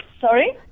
Sorry